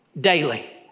daily